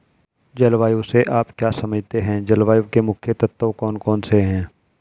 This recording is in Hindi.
जलवायु से आप क्या समझते हैं जलवायु के मुख्य तत्व कौन कौन से हैं?